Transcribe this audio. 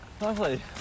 Lovely